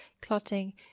clotting